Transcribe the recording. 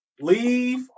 Leave